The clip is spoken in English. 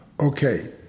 Okay